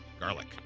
Garlic